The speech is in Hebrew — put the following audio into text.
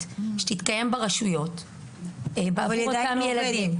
שתתקיים ברשויות עבור אותם ילדים.